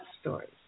Stories